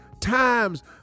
times